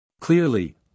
Clearly